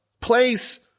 place